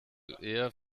eher